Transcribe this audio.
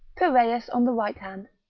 piraeus on the right hand,